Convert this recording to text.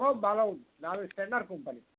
খুব ভালো দামি স্ট্যান্ডার্ড কোম্পানি